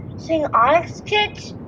seeing onyx kids.